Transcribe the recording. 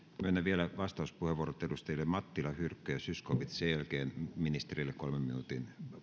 myönnän vielä vastauspuheenvuorot edustajille mattila hyrkkö ja zyskowicz sen jälkeen ministerille kolmen minuutin